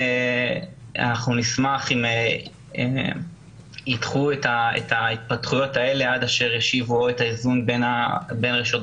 אנחנו נשמח אם ידחו את ההתפתחויות עד אשר ישיבו את האיזון בין רשויות